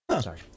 Sorry